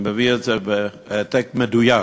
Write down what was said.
אני מביא את זה בהעתק מדויק,